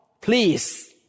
Please